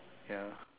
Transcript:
ya